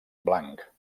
blanc